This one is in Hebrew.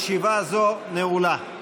ישיבה זו נעולה.